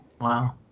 Wow